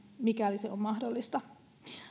mikäli se on mahdollista